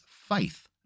faith